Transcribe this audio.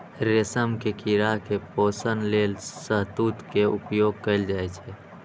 रेशम के कीड़ा के पोषण लेल शहतूत के उपयोग कैल जाइ छै